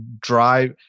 drive